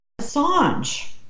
Assange